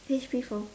H_P four